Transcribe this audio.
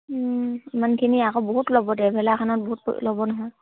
ইমানখিনি আকৌ বহুত ল'ব ট্ৰেভেলাৰখনত বহুত ল'ব নহয়